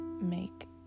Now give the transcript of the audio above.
Make